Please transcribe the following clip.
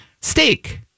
steak